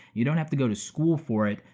you don't have to go to school for it,